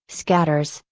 scatters,